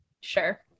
Sure